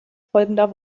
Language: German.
folgender